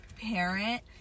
parent